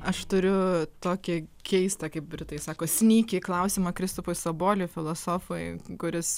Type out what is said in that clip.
aš turiu tokį keistą kaip britai sako snyki klausimą kristupui saboliui filosofui kuris